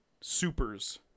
supers